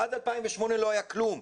עד 2008 לא היה כלום.